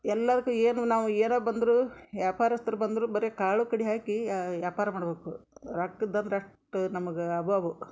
ಎಲ್ಲಾದ್ಕು ಏನು ನಾವು ಏರ ಬಂದರು ಯಾಪಾರಸ್ತ್ರು ಬಂದರು ಬರೆ ಕಾಳು ಕಡಿ ಹಾಕಿ ಯಾಪಾರ ಮಾಡಬೇಕು ರೊಕ್ಕದಂದ್ರ ಅಷ್ಟು ನಮ್ಗ ಅಭಾವ